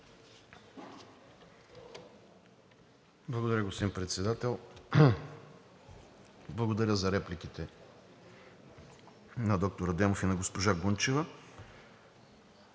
Благодаря, господин Председател. Благодаря за репликите на доктор Адемов и на госпожа Гунчева.